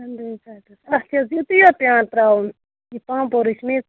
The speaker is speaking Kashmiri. اَدٕ حظ اَدٕ حظ اَتھ چھِ حظ یِتھٕے یوٚت پٮ۪وان ترٛاوُن یہِ پانٛپورٕچ میٚژ